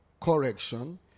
correction